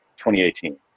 2018